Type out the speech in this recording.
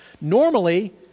Normally